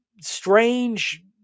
strange